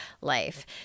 life